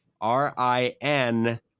r-i-n